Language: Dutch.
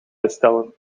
bestellen